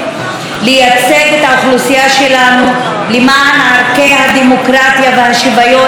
לייצג את האוכלוסייה שלנו למען ערכי הדמוקרטיה והשוויון,